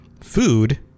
food